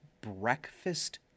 breakfast